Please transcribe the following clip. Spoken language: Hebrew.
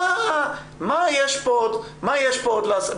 מה יש כאן עוד לעשות?